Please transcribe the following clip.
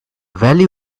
valley